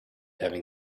having